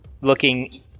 Looking